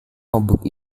mabuk